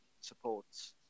supports